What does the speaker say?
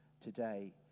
today